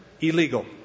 illegal